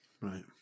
Right